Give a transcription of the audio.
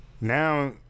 now